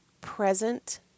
present